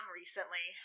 recently